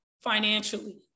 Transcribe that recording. financially